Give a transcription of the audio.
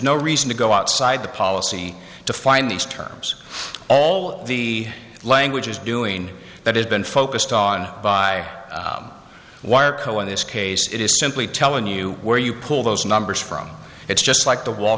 no reason to go outside the policy to find these terms all the languages doing that has been focused on by wire co in this case it is simply telling you where you pull those numbers from it's just like the wall